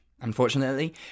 Unfortunately